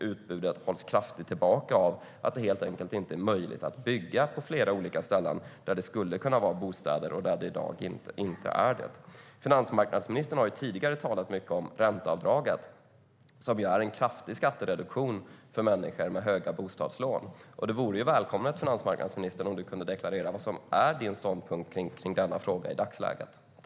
Utbudet hålls kraftigt tillbaka av att det helt enkelt inte är möjligt att bygga på flera ställen där det skulle kunna vara bostäder, där det i dag inte är det. Finansmarknadsministern har tidigare talat mycket om ränteavdraget, som är en kraftig skattereduktion för människor med stora bostadslån. Det vore välkommet, finansmarknadsministern, om du kunde deklarera vad som är din ståndpunkt kring denna fråga i dagsläget.